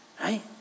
right